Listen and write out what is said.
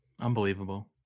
Unbelievable